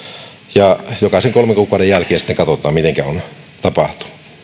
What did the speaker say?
ja jokaisen kolmen kuukauden jälkeen sitten katsotaan miten on